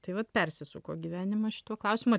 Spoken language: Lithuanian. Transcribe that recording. tai vat persisuko gyvenimas šituo klausimu